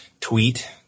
tweet